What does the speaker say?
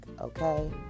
okay